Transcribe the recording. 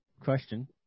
Question